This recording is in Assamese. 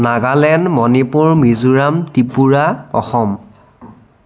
নাগালেণ্ড মণিপুৰ মিজোৰাম ত্ৰিপুৰা অসম